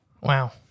Wow